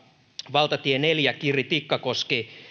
valtatie neljä kirri tikkakoski